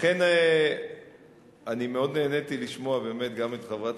אכן אני מאוד נהניתי לשמוע גם את חברת